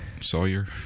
Sawyer